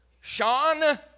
Sean